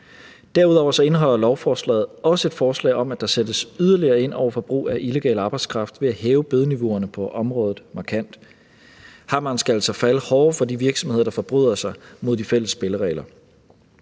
Derudover indeholder lovforslaget også et forslag om, at der sættes yderligere ind over for brug af illegal arbejdskraft ved at hæve bødeniveauerne på området markant. Hammeren skal altså falde hårdere for de virksomheder, der forbryder sig mod de fælles spilleregler.